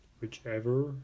Whichever